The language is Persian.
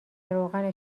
روغن